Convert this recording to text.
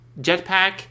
Jetpack